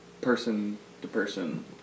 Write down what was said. person-to-person